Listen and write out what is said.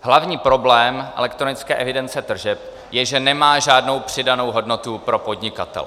Hlavní problém elektronické evidence tržeb je, že nemá žádnou přidanou hodnotu pro podnikatele.